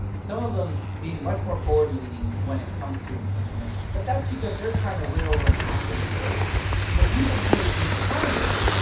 some of them being much more forward-leaning when it comes to impeachment. but that's because they're trying to win over an activist base the people who, in congress,